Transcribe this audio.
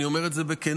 אני אומר את זה בכנות,